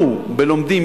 לבגרות.